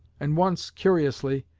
and once, curiously,